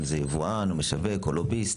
אם זה יבואן או משווק או לוביסט.